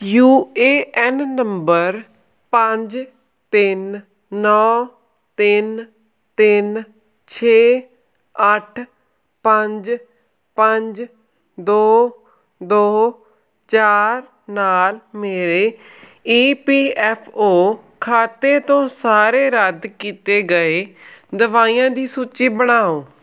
you A N number ਪੰਜ ਤਿੰਨ ਨੌਂ ਤਿੰਨ ਤਿੰਨ ਛੇ ਅੱਠ ਪੰਜ ਪੰਜ ਦੋ ਦੋ ਚਾਰ ਨਾਲ ਮੇਰੇ ਈ ਪੀ ਐਫ ਓ ਖਾਤੇ ਤੋਂ ਸਾਰੇ ਰੱਦ ਕੀਤੇ ਗਏ ਦਵਾਈਆਂ ਦੀ ਸੂਚੀ ਬਣਾਓ